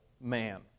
man